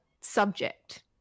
subject